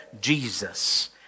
Jesus